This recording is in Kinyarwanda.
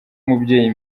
umubyeyi